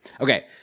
Okay